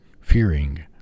fearing